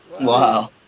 Wow